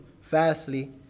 fastly